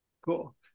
Cool